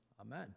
Amen